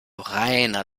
reiner